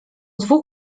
dwóch